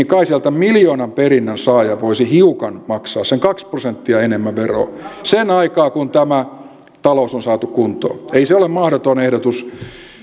miljoonan perinnön saaja voisi hiukan maksaa sen kaksi prosenttia enemmän veroa sen aikaa kunnes tämä talous on saatu kuntoon ei se ole mahdoton ehdotus